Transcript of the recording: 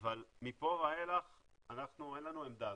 אבל מפה ואילך לנו אין עמדה.